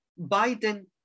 Biden